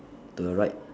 to the right